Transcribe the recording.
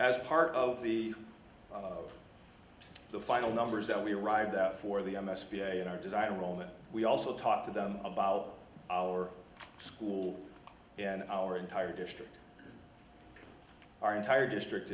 as part of the the final numbers that we arrived out for the m s p a in our design a moment we also talked to them about our school and our entire district our entire district